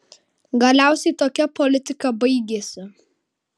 galiausiai tokia politika baigėsi